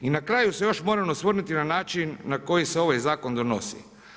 I na kraju se još moram osvrnuti na način na koji se ovaj zakon donosi.